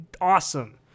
awesome